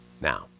Now